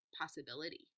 possibility